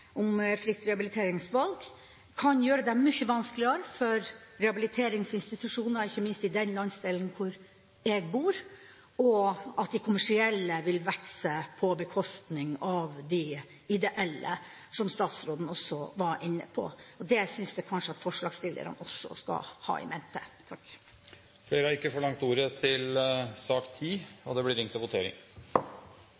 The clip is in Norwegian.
kan gjøre det mye vanskeligere for rehabiliteringsinstitusjoner – ikke minst i den landsdelen hvor jeg bor – og føre til at de kommersielle vil vokse på bekostning av de ideelle, som statsråden også var inne på. Det synes jeg at forslagsstillerne også skal ha i mente. Flere har ikke bedt om ordet til sak